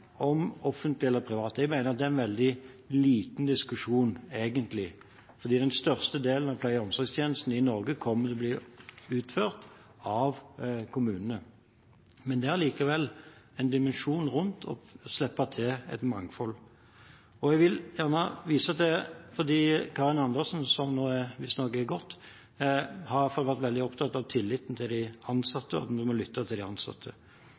om offentlig eller privat. Jeg mener det er en veldig liten diskusjon, egentlig, for den største delen av pleie- og omsorgstjenestene i Norge kommer til å bli utført av kommunene. Det er likevel en dimensjon rundt det å slippe til et mangfold. Representanten Karin Andersen, som visstnok er gått, har vært veldig opptatt av tilliten til de ansatte, at vi må lytte til de ansatte.